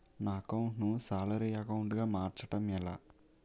నా అకౌంట్ ను salary account గా మార్చటం ఎలా?